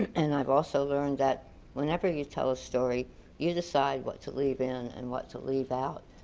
and i've also learned that whenever you tell a story you decide what to leave in and what to leave out,